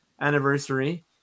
anniversary